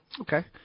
Okay